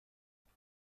بکشی